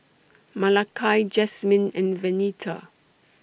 Malakai Jasmyne and Venita